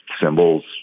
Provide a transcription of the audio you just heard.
symbols